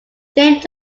james